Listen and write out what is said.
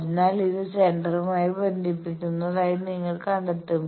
അതിനാൽ ഇത് സെന്ററുമായി ബന്ധിപ്പിക്കുന്നതായി നിങ്ങൾ കണ്ടെത്തുന്നു